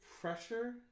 pressure